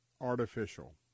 artificial